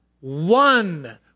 one